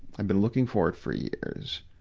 i've been looking for it for years.